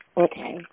Okay